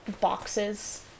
boxes